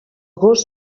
gos